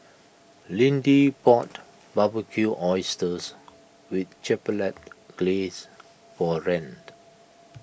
Lidie bought Barbecued Oysters with Chipotle Glaze for a Rand